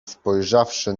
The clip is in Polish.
spojrzawszy